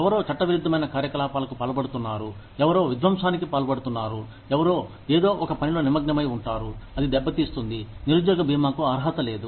ఎవరో చట్టవిరుద్ధమైన కార్యకలాపాలకు పాల్పడుతున్నారు ఎవరో విధ్వంసానికి పాల్పడుతున్నారు ఎవరో ఏదో ఒక పనిలో నిమగ్నమై ఉంటారు అది దెబ్బతీస్తుంది నిరుద్యోగ బీమాకు అర్హత లేదు